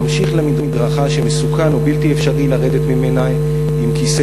ממשיך במדרכה שמסוכן או בלתי אפשרי לרדת ממנה עם כיסא